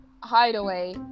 hideaway